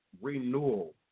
renewal